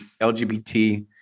LGBT